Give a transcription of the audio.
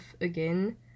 again